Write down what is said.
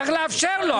צריך לאפשר לו,